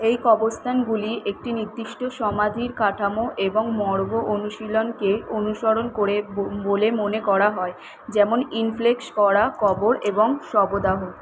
এই কবরস্থানগুলি একটি নির্দিষ্ট সমাধির কাঠামো এবং মর্গ অনুশীলনকে অনুসরণ করে বো বলে মনে করা হয় যেমন ইনফ্লেক্স করা কবর এবং শবদাহ